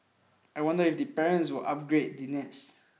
I wonder if the parents will 'upgrade' the nest